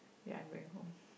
ya I'm going home